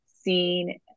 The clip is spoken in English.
seen